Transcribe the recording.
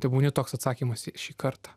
tebūnie toks atsakymas šį kartą